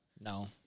No